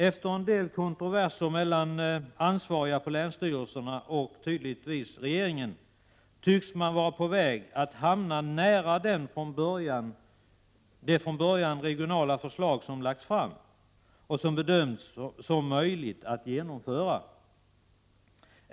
Efter en del kontroverser mellan ansvariga på länsstyrelserna och, tydligen, regeringen tycks man vara på väg att hamna nära det från början regionala förslag som har lagts fram och som bedöms som möjligt att genomföra.